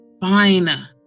Fine